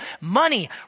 Money